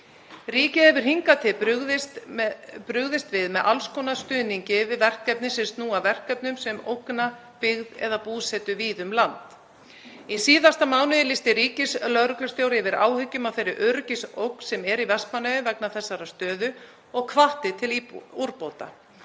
Ríkið hefur hingað til brugðist við með alls konar stuðningi við verkefni sem snúa að því sem ógnar byggð eða búsetu víða um land. Í síðasta mánuði lýsti ríkislögreglustjóri yfir áhyggjum af þeirri öryggisógn sem er í Vestmannaeyjum vegna þessarar stöðu og hvatti til úrbóta.